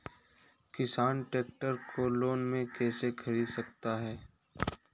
किसान ट्रैक्टर को लोन में कैसे ख़रीद सकता है?